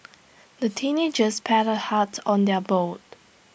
the teenagers paddled hard on their boat